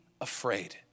afraid